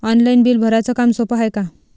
Online bill भराच काम सोपं हाय का?